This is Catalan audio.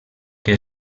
que